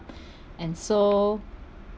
and so